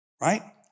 Right